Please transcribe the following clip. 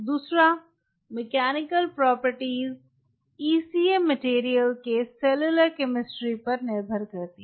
दूसरा mechanical properties ECM material के cellular chemistry पर निर्भर करती है